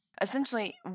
Essentially